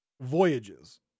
voyages